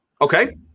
Okay